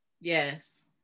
Yes